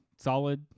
Solid